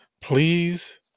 please